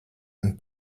and